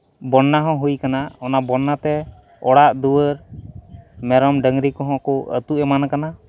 ᱵᱚᱱᱱᱟ ᱦᱚᱸ ᱦᱩᱭ ᱠᱟᱱᱟ ᱚᱱᱟ ᱵᱚᱱᱱᱟᱛᱮ ᱚᱲᱟᱜ ᱫᱩᱣᱟᱹᱨ ᱢᱮᱨᱚᱢ ᱰᱟᱝᱨᱤ ᱠᱚᱦᱚᱸ ᱠᱚ ᱟᱹᱛᱩ ᱮᱢᱟᱱ ᱠᱟᱱᱟ